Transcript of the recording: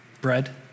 bread